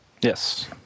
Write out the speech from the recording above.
Yes